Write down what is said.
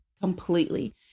completely